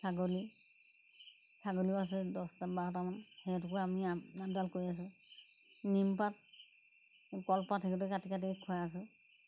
ছাগলী ছাগলীও আছে দহটা বাৰটামান সিহঁতকো আমি আপডাল কৰি আছোঁ নিমপাত কলপাত সেইটোকে কাটি কাটি খুৱাই আছোঁ